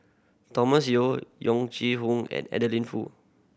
Thomas Yeo Yong Hoong and Adeline Foo